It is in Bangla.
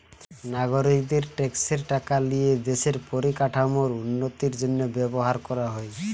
নাগরিকদের ট্যাক্সের টাকা লিয়ে দেশের পরিকাঠামোর উন্নতির জন্য ব্যবহার করা হয়